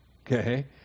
Okay